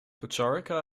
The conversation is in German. podgorica